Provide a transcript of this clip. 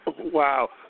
Wow